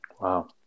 wow